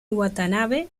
watanabe